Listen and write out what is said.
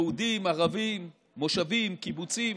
יהודים, ערבים, מושבים, קיבוצים,